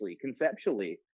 conceptually